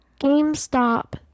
GameStop